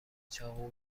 چاقو